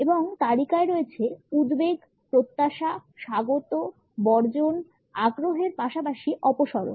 এবং তালিকায় রয়েছে উদ্বেগ প্রত্যাশা স্বাগত বর্জন আগ্রহের পাশাপাশি অপসরণ